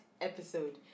episode